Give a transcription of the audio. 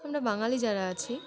আমরা বাঙালি যারা আছি